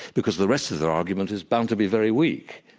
because the rest of the argument is bound to be very weak.